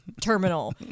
terminal